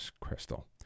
crystal